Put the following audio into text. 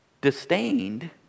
disdained